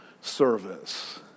service